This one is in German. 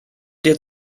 dir